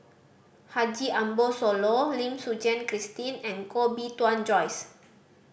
Haji Ambo Sooloh Lim Suchen Christine and Koh Bee Tuan Joyce